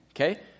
okay